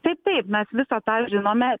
taip taip mes visą tą žinome